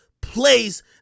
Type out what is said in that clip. place